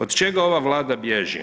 Od čega ova vlada bježi?